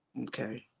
Okay